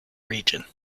region